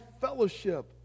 fellowship